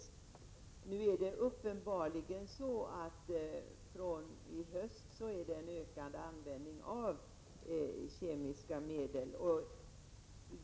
Från i höst är det uppenbarligen en ökad användning av kemiska medel.